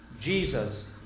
Jesus